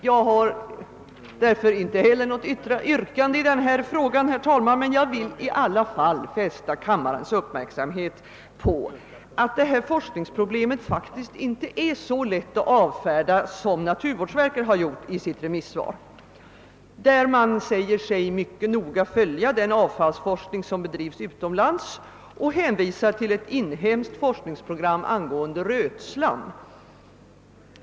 Jag har nu inte något yrkande i denna fråga, men jag vill i alla fall fästa kammarens uppmärksamhet på att detta forskningsproblem ingalunda är så lätt att avfärda som naturvårdsverket gjort i sitt remissvar, där man säger sig mycket noga följa den avfallsforskning som bedrivs utomlands och hänvisar till ett inhemskt forskningsprogram om rötslam.